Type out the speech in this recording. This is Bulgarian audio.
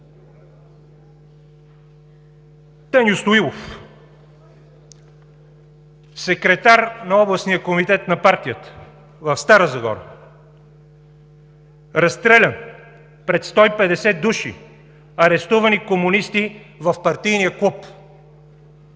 Теньо Стоилов – секретар на Областния комитет на партията в Стара Загора, разстрелян пред 150 души – арестувани комунисти в партийния клуб.